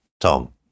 tom